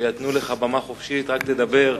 שנתנו לך במה חופשית, רק תדבר.